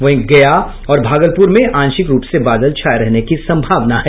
वहीं गया और भागलपुर में आंशिक रूप से बादल छाये रहने की सम्भावना है